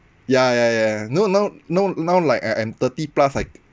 ya ya ya know now know now like I I'm thirty plus like